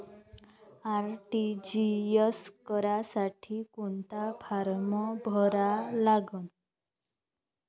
RTGS करासाठी कोंता form भरा लागन?